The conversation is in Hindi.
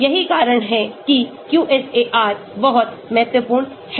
यही कारण है कि QSAR बहुत महत्वपूर्ण है